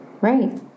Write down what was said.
Right